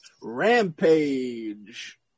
Rampage